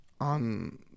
on